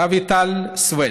רויטל סויד.